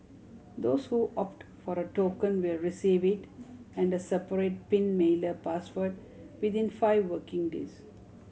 those who opt for a token will receive it and a separate pin mailer password within five working days